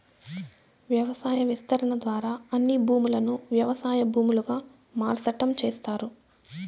వ్యవసాయ విస్తరణ ద్వారా అన్ని భూములను వ్యవసాయ భూములుగా మార్సటం చేస్తారు